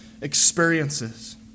experiences